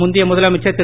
முந்தைய முதலமைச்சர் திரு